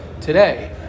today